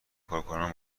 کارکنان